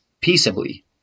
peaceably